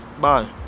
bye